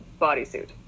bodysuit